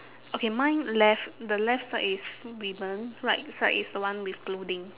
okay mine left the left side is ribbon right side is the one with clothing